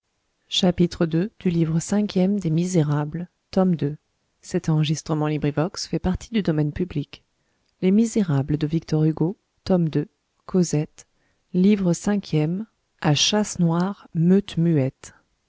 bruit livre cinquième à chasse noire meute muette